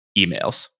emails